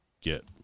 get